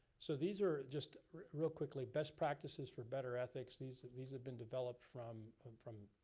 so these are just, real quickly, best practices for better ethics. these these have been developed from from